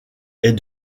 est